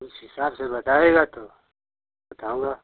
उस हिसाब से बताएगा तो बताऊँगा